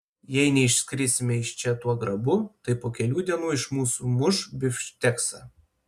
jei neišskrisime iš čia tuo grabu tai po kelių dienų iš mūsų muš bifšteksą